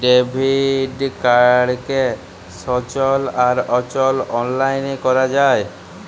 debit কাড়কে সচল আর অচল অললাইলে ক্যরা যায়